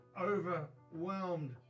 overwhelmed